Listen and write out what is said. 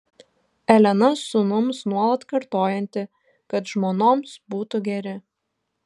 elena sūnums nuolat kartojanti kad žmonoms būtų geri